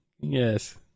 yes